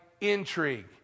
intrigue